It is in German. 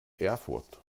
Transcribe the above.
erfurt